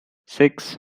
six